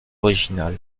original